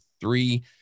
three